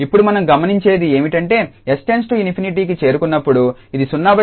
ఇప్పుడు మనం గమనించేది ఏమిటంటే 𝑠→ ∞కి చేరుకున్నప్పుడు ఇది 00 రూపం